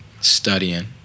studying